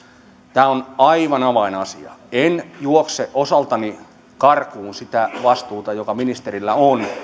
tämä on aivan avainasia en juokse osaltani karkuun sitä vastuuta joka ministerillä on